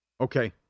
Okay